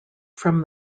from